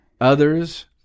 others